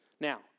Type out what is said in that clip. Now